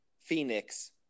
Phoenix